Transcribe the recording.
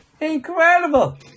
Incredible